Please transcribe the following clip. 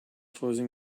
closing